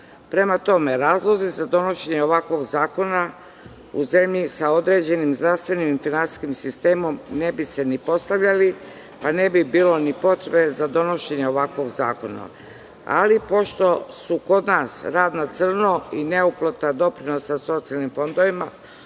tome, razlozi za donošenje ovakvog zakona u zemlji sa zdravstvenim i finansijskim sistemom ne bi se ni postavljali, pa ne bi bilo potrebe za donošenje ovakvog zakona. Ali, pošto su kod nas rad na crno i neuplata doprinosa socijalnim fondovima